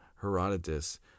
Herodotus